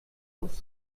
aufs